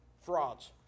Frauds